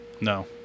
No